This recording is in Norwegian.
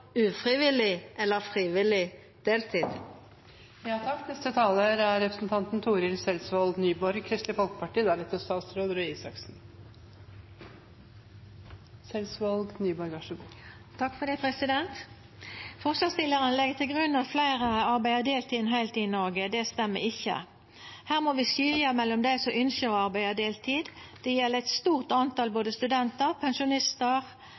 ufrivillig eller frivillig deltid? Forslagsstillarane legg til grunn at fleire arbeider deltid enn heiltid i Noreg. Det stemmer ikkje. Her må vi skilja mellom dei som ønskjer å arbeida deltid. Det gjeld eit stort tal studentar, pensjonistar,